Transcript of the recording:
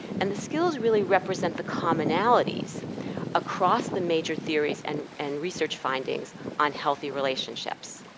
and the skills really represent the commonalities across the major theories and and research findings on healthy relationships.